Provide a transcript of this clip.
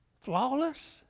Flawless